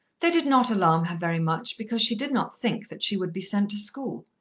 they did not alarm her very much, because she did not think that she would be sent to school.